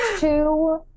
two